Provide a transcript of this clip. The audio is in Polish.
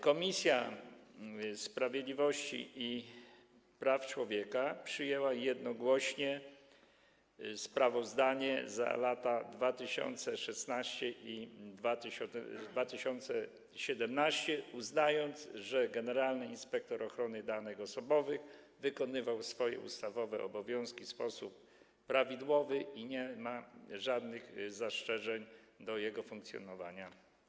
Komisja Sprawiedliwości i Praw Człowieka przyjęła jednogłośnie sprawozdania za lata 2016 i 2017, uznając, że generalny inspektor ochrony danych osobowych wykonywał swoje ustawowe obowiązki w sposób prawidłowy i nie ma żadnych zastrzeżeń co do jego funkcjonowania.